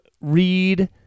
read